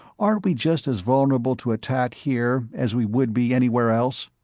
aren't we just as vulnerable to attack here as we would be anywhere else?